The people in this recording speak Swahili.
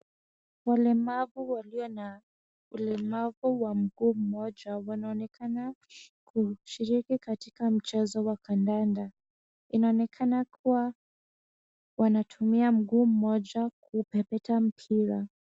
Walemavu walio na ulemavu wa mguu mmoja wanaonekana kushiriki katika mchezo wa kandanda. Inaonekana kuwa wanatumia mguu mmoja kupepeta mpira.